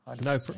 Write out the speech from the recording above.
No